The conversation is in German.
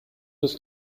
des